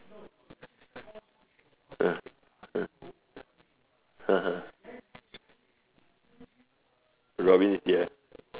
uh (uh huh) Robin is here